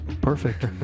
perfect